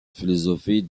philosophie